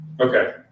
Okay